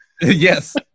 Yes